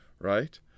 right